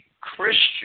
Christian